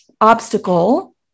obstacle